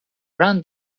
run